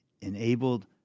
enabled